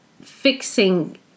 fixing